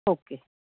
okay